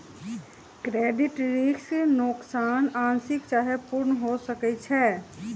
credit risk नोकसान आंशिक चाहे पूर्ण हो सकइ छै